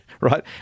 right